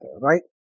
right